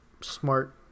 smart